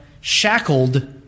shackled